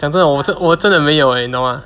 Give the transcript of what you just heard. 讲真的我我真的没有你懂 mah